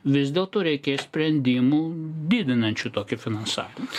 vis dėl to reikės sprendimų didinančių tokį finansavimą